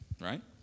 right